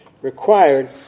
required